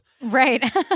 Right